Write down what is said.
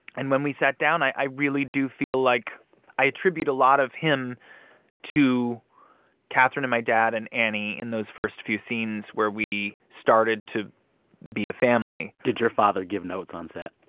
and when we sat down, i really do feel like i attribute a lot of him to catherine and my dad and annie in those first few scenes where we started to be a family did your father give notes on set?